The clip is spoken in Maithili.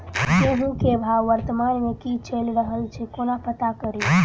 गेंहूँ केँ भाव वर्तमान मे की चैल रहल छै कोना पत्ता कड़ी?